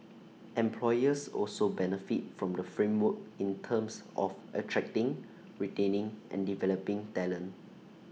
employers also benefit from the framework in terms of attracting retaining and developing talent